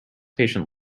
patient